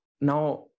Now